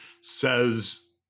says